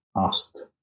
asked